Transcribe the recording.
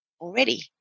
already